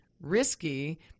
risky